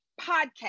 podcast